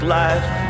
life